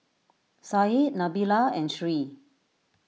Said Nabila and Sri